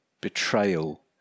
betrayal